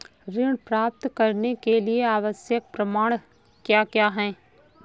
ऋण प्राप्त करने के लिए आवश्यक प्रमाण क्या क्या हैं?